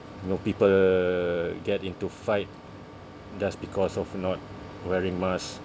you know people get into fight just because of not wearing mask